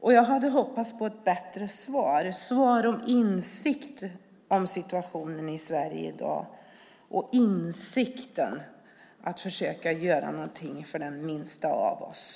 Jag hade alltså hoppats på ett bättre svar, ett svar som visade på insikt om situationen i Sverige och att det behöver göras någonting för de minsta av oss.